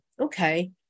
Okay